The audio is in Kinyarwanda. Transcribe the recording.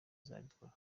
izabikora